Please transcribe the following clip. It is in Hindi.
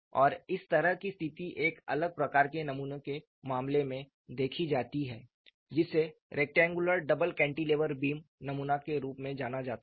और इस तरह की स्थिति एक अलग प्रकार के नमूने के मामले में देखी जाती है जिसे रेक्टेंगुलर डबल कैंटिलीवर बीम नमूना के रूप में जाना जाता है